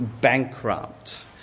bankrupt